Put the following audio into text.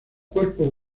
cuerpo